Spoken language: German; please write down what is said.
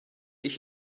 ich